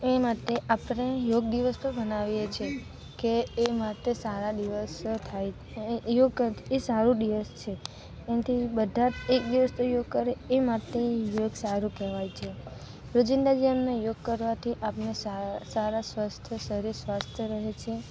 એ માટે આપણે યોગ દિવસ તો મનાવીએ છીએ કે એ માટે સારા દિવસ થાય એ સારો દિવસ છે એનાથી બધા જ એક દિવસ તો યોગ કરે એ માટે યોગ સારો કહેવાય છે રોજિંદા જીવનમાં યોગ કરવાથી આપણે સારા સ્વસ્થ શરીર સ્વસ્થ રહે છે